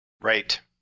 Right